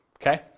Okay